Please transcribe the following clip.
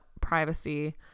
privacy